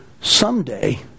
Someday